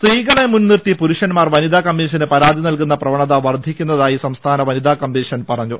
സ്ത്രീകളെ മുൻ നിർത്തി പുരുഷ്പന്മാർ വനിതാ കമ്മീഷനു പരാതി നൽകുന്ന പ്രവണത വർദ്ധിക്കുന്ന തായി സംസ്ഥാന വനിതാ കമ്മീഷൻ പറഞ്ഞു